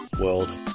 world